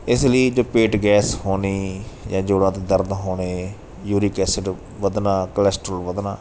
ਇਸ ਲਈ ਜੋ ਪੇਟ ਗੈਸ ਹੋਣੀ ਜਾਂ ਜੋੜਾਂ ਦੇ ਦਰਦ ਹੋਣੇ ਯੂਰਿਕ ਐਸਿਡ ਵਧਣਾ ਕੋਲੈਸਟਰੋਲ ਵਧਣਾ